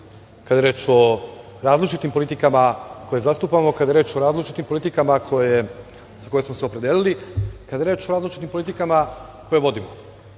je reč o različitim politikama koje zastupamo, kada je reč o različitim politikama za koje smo se opredelili, kada je reč o različitim politikama koje